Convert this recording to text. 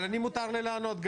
אבל לי מותר לענות.